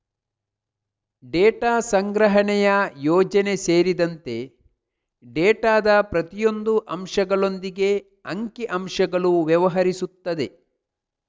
data ಸಂಗ್ರಹಣೆಯ ಯೋಜನೆ ಸೇರಿದಂತೆ ಡೇಟಾದ ಪ್ರತಿಯೊಂದು ಅಂಶಗಳೊಂದಿಗೆ ಅಂಕಿ ಅಂಶಗಳು ವ್ಯವಹರಿಸುತ್ತದೆ